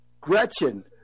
Gretchen